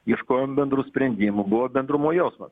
ieškojom bendrų sprendimų buvo bendrumo jausmas